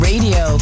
Radio